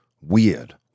weird